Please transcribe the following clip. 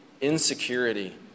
insecurity